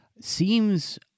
seems